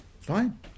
fine